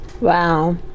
Wow